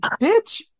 Bitch